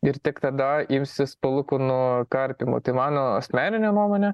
ir tik tada imsis palūkunų karpymo tai mano asmenine nuomone